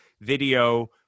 video